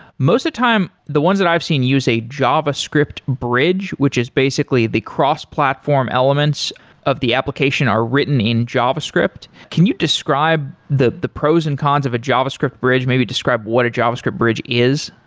time, the ones that i've seen use a java script bridge which is basically the cross platform elements of the application are written in java script can you describe the the pros and cons of a java script bridge maybe, describe what a java script bridge is?